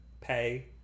pay